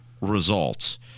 results